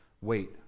Wait